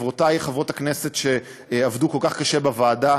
לחברותי חברות הכנסת שעבדו כל כך קשה בוועדה,